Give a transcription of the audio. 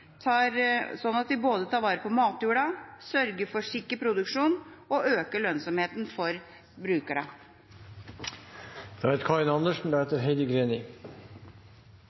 tar vare på matjorda, sørger for sikker produksjon og øker lønnsomheten for brukerne.